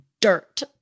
dirt